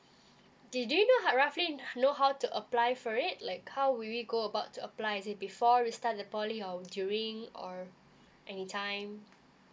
do do you know roughly know how to apply for it like how will we go about to apply it before we start tthe poly or during or any time